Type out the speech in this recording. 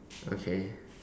okay